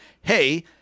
hey